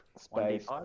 space